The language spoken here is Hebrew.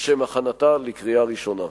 לשם הכנתה לקריאה ראשונה.